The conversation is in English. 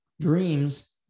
dreams